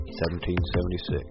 1776